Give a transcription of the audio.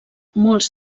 molts